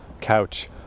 couch